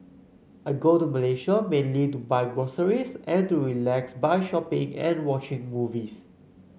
I go to Malaysia mainly to buy groceries and to relax by shopping and watching movies